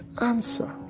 answer